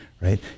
Right